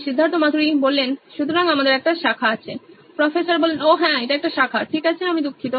Siddharth Maturi C E O নোইন electronics সুতরাং আমাদের একটা শাখা আছে প্রফেসর ওহ্ হ্যাঁ এটা একটা শাখা ঠিক আছে আমি দুঃখিত